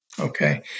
Okay